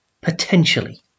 potentially